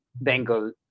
Bengal